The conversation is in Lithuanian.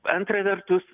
antrą vertus